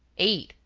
eight,